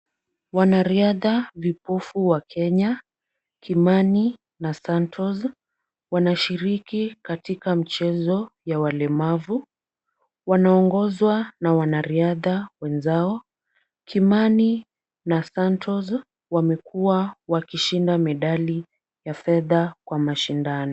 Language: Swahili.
Wanariadha vipofu wa Kenya, Kimani na Santos wanashiriki katika mchezo ya walemavu, wanaongozwa na wanariadha wenzao Kimani na Santos wamekuwa wakishinda medali ya fedha kwa mashindano.